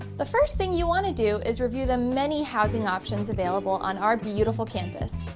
the first thing you want to do is review the many housing options available on our beautiful campus.